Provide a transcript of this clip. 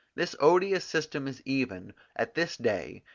this odious system is even, at this day,